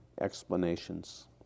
explanations